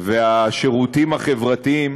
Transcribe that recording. והשירותים החברתיים